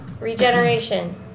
Regeneration